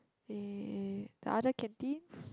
eh the other canteens